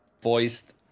voiced